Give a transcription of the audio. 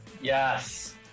Yes